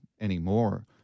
anymore